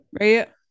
Right